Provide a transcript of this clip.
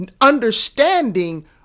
understanding